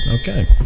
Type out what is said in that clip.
Okay